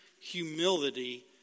humility